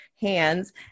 hands